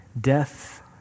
death